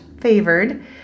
favored